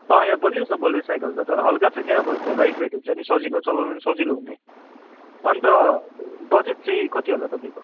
अँ यहाँ बलियो छ बलियो साइकल छ तर हलुका छ क्या त्यो लाइटवेट हुन्छ नि सजिलो चलाउनु पनि सजिलो हुने अन्त बजट चाहिँ कति होला तपाईँको